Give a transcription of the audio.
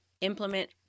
implement